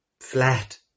flat